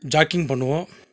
jogging பண்ணுவோம்